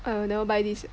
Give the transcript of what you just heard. I will never buy this